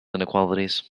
inequalities